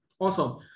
Awesome